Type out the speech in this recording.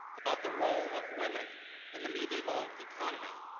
about the role of women in the medieval economy.